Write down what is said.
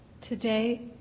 Today